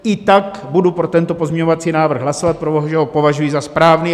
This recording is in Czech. I tak budu pro tento pozměňovací návrh hlasovat, protože ho považuji za správný.